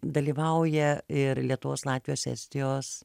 dalyvauja ir lietuvos latvijos estijos